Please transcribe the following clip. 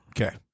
Okay